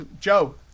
Joe